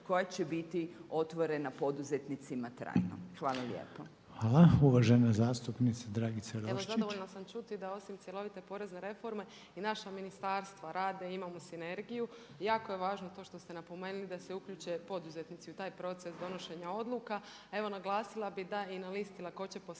koja će biti otvorena poduzetnicima trajno. Hvala lijepo. **Reiner, Željko (HDZ)** Hvala. Uvažena zastupnica Dragica Roščić. **Vranješ, Dragica (HDZ)** Evo zadovoljna sam čuti …/Govornica se ne razumije./… porezne reforme i naša ministarstva rade, imamo sinergiju. Jako je važno to što ste napomenuli da se uključe poduzetnici u taj proces donošenja odluka. A evo naglasila bi da i na listi lakoće poslovanja